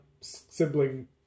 sibling